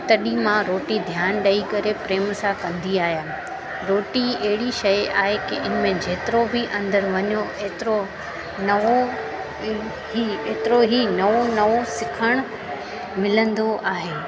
तॾहिं मां रोटी ध्यानु ॾेई करे प्रेम सा कंदी आहियां रोटी अहिड़ी शइ आहे की इनमें जेतिरो बि अंदरि वञो एतिरो नवों इ ई एतिरो ही नओं नओं सिखणु मिलंदो आहे